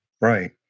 Right